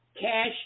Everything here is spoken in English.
cash